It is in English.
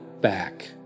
back